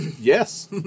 yes